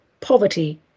poverty